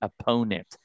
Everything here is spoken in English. opponent